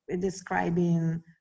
describing